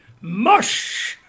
mush